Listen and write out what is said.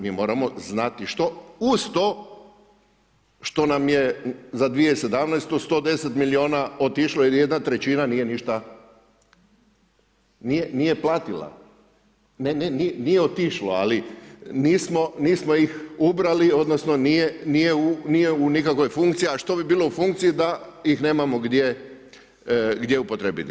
Mi moramo znati što, uz to što nam je za 2017. 110 milijuna otišlo jer jedna trećina nije ništa, nije platila, ne ne nije otišlo, ali nismo ih ubrali, odnosno nije u nikakvoj funkciji, a što bi bilo u funkciji da ih nemamo gdje upotrijebiti.